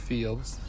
Fields